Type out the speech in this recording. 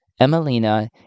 Emelina